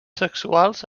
sexuals